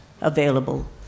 available